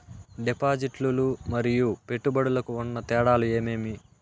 డిపాజిట్లు లు మరియు పెట్టుబడులకు ఉన్న తేడాలు ఏమేమీ?